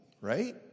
right